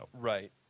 Right